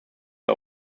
der